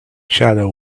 shadow